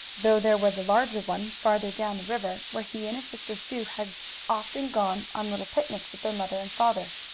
though there was a larger one, farther down the river, where he and his sister sue had often gone on little picnics with their mother and father.